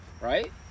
right